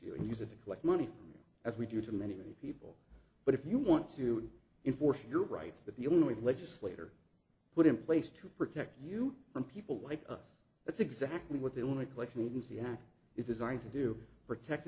you and use it to collect money from as we do to many people but if you want to enforce your rights that the only legislator put in place to protect you from people like us that's exactly what they want to collection agency and is designed to do protect the